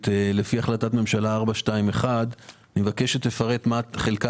לפי החלטת ממשלה מס' 421. אני מבקש שתפרט מה חלקה